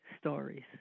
stories